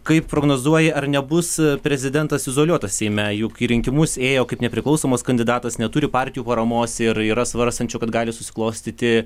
kaip prognozuoji ar nebus prezidentas izoliuotas seime juk į rinkimus ėjo kaip nepriklausomas kandidatas neturi partijų paramos ir yra svarstančių kad gali susiklostyti